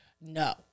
no